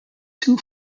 two